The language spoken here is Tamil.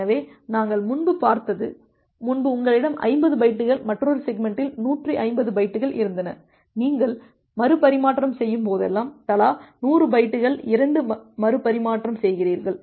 எனவே நாங்கள் முன்பு பார்த்தது முன்பு உங்களிடம் 50 பைட்டுகள் மற்றொரு செக்மெண்ட்டில் 150 பைட்டுகள் இருந்தன நீங்கள் மறுபரிமாற்றம் செய்யும் போதெல்லாம் தலா 100 பைட்டுகள் இரண்டு மறுபரிமாற்றம் செய்கிறீர்கள்